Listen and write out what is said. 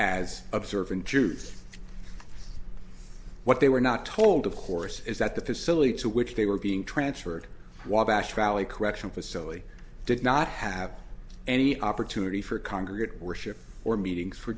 as observant jews what they were not told of course is that the facility to which they were being transferred wabash valley correctional facility did not have any opportunity for congregate worship or meetings for